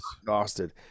exhausted